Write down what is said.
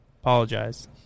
apologize